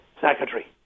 secretary